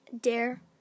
Dare